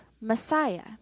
Messiah